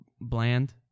bland